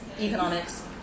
economics